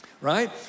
Right